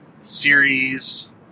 series